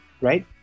right